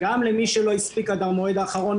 גם למי שלא הספיק עד המועד האחרון.